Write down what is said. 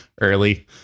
early